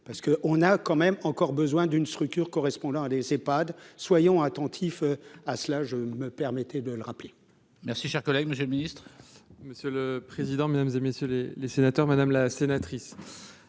parce qu'on a quand même encore besoin d'une structure correspondant à des Epad soyons attentifs à cela, je ne me permettait de le rappeler.